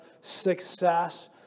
success